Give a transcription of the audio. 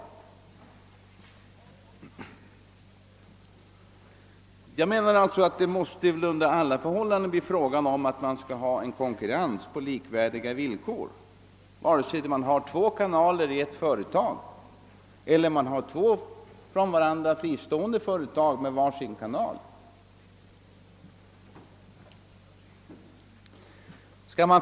Det måste väl under alla förhållanden bli fråga om en konkurrens på lika villkor, vare sig man här två kanaler i ett företag eller två från varandra fristående företag med var sin kanal.